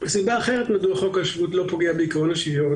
סיבה נוספת שדוד בן גוריון